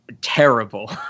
terrible